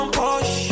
push